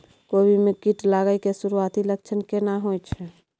कोबी में कीट लागय के सुरूआती लक्षण केना होय छै